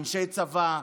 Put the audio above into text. אנשי צבא,